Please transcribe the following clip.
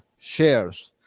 shares,